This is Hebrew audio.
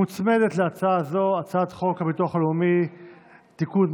מוצמדת להצעה הזו הצעת חוק הביטוח הלאומי (תיקון,